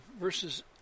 verses